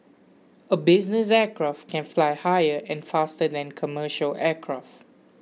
a business aircraft can fly higher and faster than commercial aircraft